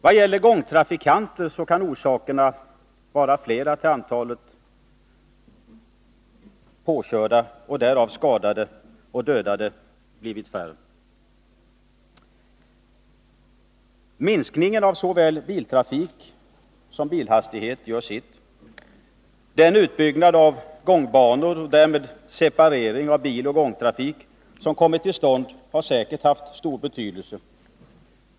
Vad gäller gångtrafikanter kan orsakerna vara flera till att antalet påkörda och därvid skadade eller dödade blivit färre. Minskningen av såväl biltrafik som hastighet gör sitt. Utbyggnaden av gångbanor och separeringen av biloch gångtrafiken som kommit till stånd har säkert haft stor betydelse.